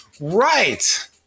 right